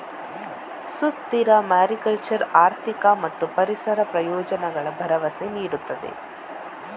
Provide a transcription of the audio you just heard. ಸುಸ್ಥಿರ ಮಾರಿಕಲ್ಚರ್ ಆರ್ಥಿಕ ಮತ್ತು ಪರಿಸರ ಪ್ರಯೋಜನಗಳ ಭರವಸೆ ನೀಡುತ್ತದೆ